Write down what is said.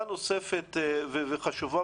הם יאושרו על ידי המשרד,